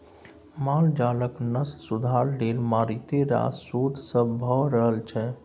माल जालक नस्ल सुधार लेल मारिते रास शोध सब भ रहल छै